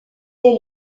est